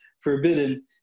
forbidden